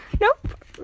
Nope